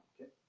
Okay